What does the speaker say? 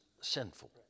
sinful